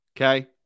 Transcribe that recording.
Okay